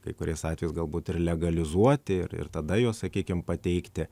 kai kuriais atvejais galbūt ir legalizuoti ir ir tada juos sakykim pateikti